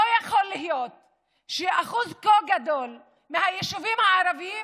לא יכול להיות ששיעור כה גדול מהיישובים הערביים